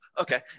Okay